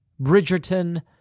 Bridgerton